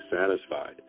satisfied